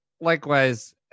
Likewise